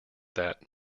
that